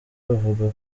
buvuga